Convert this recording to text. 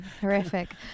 horrific